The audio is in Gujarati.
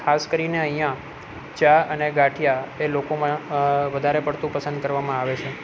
ખાસ કરીને અહીં ચા અને ગાંઠિયા એ લોકોમાં વધારે પડતું પસંદ કરવામાં આવે છે